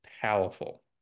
powerful